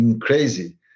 crazy